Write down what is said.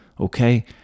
okay